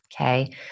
Okay